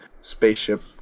spaceship